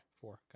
four